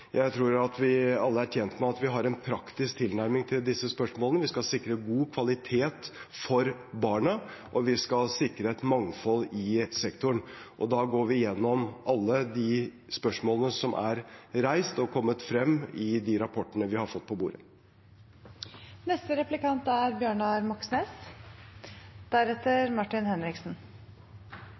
Jeg tror at vi alle er tjent med at vi har en praktisk tilnærming til disse spørsmålene. Vi skal sikre god kvalitet for barna, og vi skal sikre et mangfold i sektoren. Da går vi igjennom alle de spørsmålene som er reist, og som har kommet frem i de rapportene vi har fått på bordet.